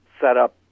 setup